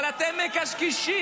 אבל אתם מקשקשים,